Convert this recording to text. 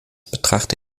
betrachte